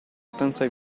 stanza